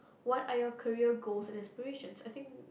what are your career goals and aspirations I think